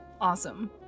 Awesome